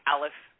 Alice